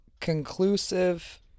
conclusive